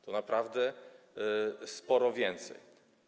To naprawdę sporo więcej.